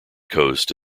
coast